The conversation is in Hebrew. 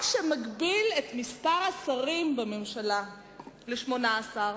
את מספר השרים בממשלה ל-18.